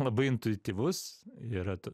labai intuityvus yra to